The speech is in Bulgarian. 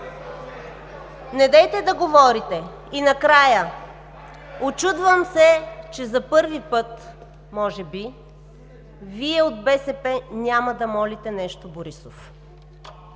Недейте да говорите! И накрая. Учудвам се, че за първи път, може би, Вие от БСП няма да молите нещо Борисов.